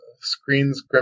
Screens